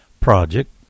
project